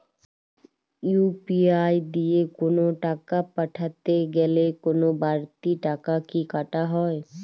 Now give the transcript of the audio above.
UPI দিয়ে কোন টাকা পাঠাতে গেলে কোন বারতি টাকা কি কাটা হয়?